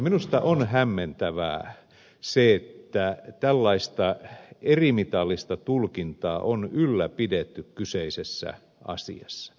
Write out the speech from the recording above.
minusta on hämmentävää se että tällaista erimitallista tulkintaa on ylläpidetty kyseisessä asiassa